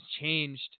changed